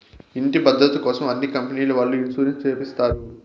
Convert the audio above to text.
ఇంటి భద్రతకోసం అన్ని కంపెనీల వాళ్ళు ఇన్సూరెన్స్ చేపిస్తారు